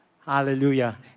hallelujah